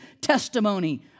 testimony